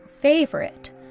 favorite